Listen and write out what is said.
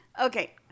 Okay